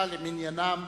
2 ביוני 2009 למניינם.